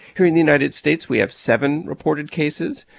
here in the united states, we have seven reported cases.